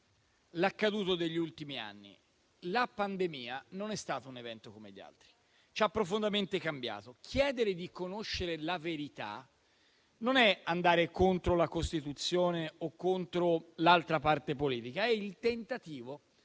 l'accaduto degli ultimi anni. La pandemia non è stato un evento come gli altri: ci ha profondamente cambiato. Chiedere di conoscere la verità non è andare contro la Costituzione o contro l'altra parte politica, ma il tentativo